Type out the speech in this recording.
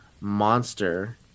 monster